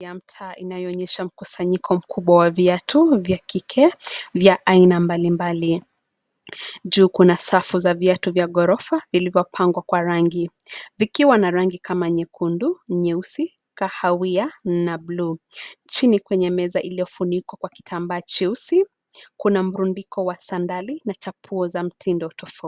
ya mtaa inayoonyesha mkusanyiko kubwa wa viatu vya kike vya aina mbali mbali. Juu kuna safu za viatu vya gorofa vilivyo pangwa kwa rangi, vikiwa na rangi kama nyekundu, nyeusi, kahawia na bluu. Chini kwenye meza iliyofunikwa kwa kitambaa cheusi kuna mrundiko wa sandali na chapuo za mtindo tofauti.